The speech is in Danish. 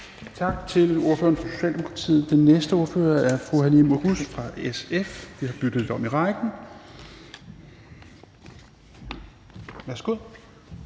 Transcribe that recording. Tak til ordføreren fra Socialdemokratiet. Den næste ordfører er fru Halime Oguz fra SF. Vi har byttet lidt om i rækken. Værsgo.